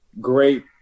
great